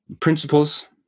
principles